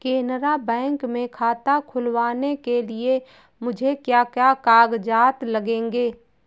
Canara bank में खाता खुलवाने के लिए मुझे क्या क्या कागजात लगेंगे?